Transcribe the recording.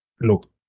Look